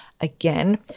again